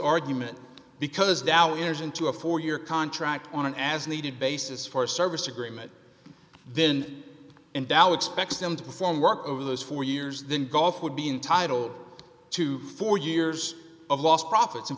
argument because dow enters into a four year contract on an as needed basis for service agreement then in dallas spec's them to perform work over those four years than golf would be entitled to four years of lost profits in